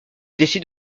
décide